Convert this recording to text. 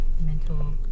mental